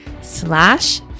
slash